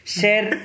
share